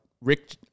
Rick